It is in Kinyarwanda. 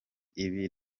ibi